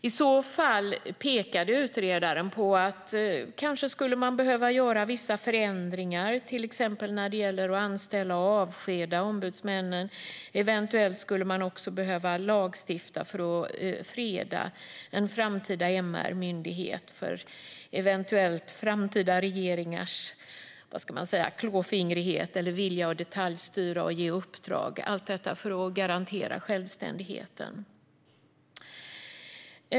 Utredaren pekade på att man i så fall kanske skulle behöva göra vissa förändringar, till exempel när det gäller att anställa och avskeda ombudsmännen. Eventuellt skulle man också behöva lagstifta för att freda en framtida MR-myndighet från framtida regeringars eventuella klåfingrighet eller vilja att detaljstyra och ge uppdrag - allt detta för att garantera självständigheten.